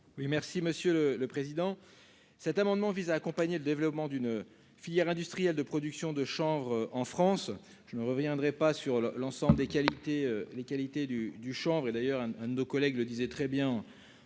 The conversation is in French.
merci Monsieur le le président, cet amendement vise à accompagner le développement d'une filière industrielle de production de chambre en France je ne reviendrai pas sur l'ensemble des qualités les qualités du du chanvre et d'ailleurs un un de nos collègues le disait très bien,